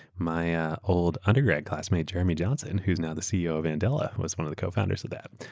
my old undergrad classmate, jeremy johnson, who's now the ceo of andela was one of the cofounders of that.